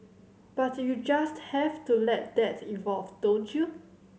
but you just have to let that evolve don't you